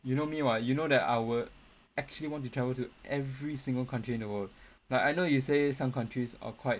you know me [what] you know that I will actually want to travel to every single country in the world like I know you say some countries are quite